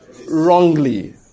Wrongly